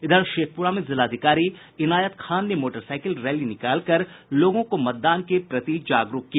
इधर शेखपुरा में जिलाधिकारी इनायत खान ने मोटरसाईकिल रैली निकालकर लोगों को मतदान के प्रति जागरूक किया